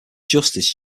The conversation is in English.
justice